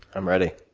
i'm ready.